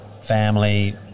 Family